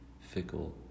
fickle